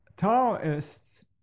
Taoists